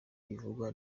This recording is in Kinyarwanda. bivugwa